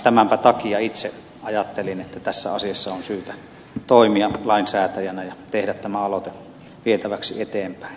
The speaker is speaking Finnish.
tämänpä takia itse ajattelin että tässä asiassa on syytä toimia lainsäätäjänä ja tehdä tämä aloite vietäväksi eteenpäin